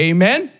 Amen